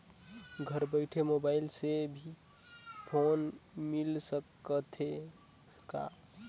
घर बइठे मोबाईल से भी लोन मिल सकथे का?